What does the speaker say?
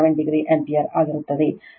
7 degree ampere ಆಗಿರುತ್ತದೆ